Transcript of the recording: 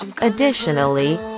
Additionally